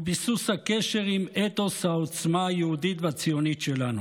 וביסוס הקשר עם אתוס העוצמה היהודית והציונית שלנו".